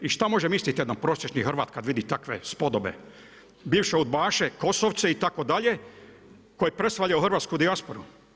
I šta može misliti jedan prosječni Hrvat kad vidi takve spodobe, bivše udbaše, Kosovce, itd., koji … u hrvatsku dijasporu?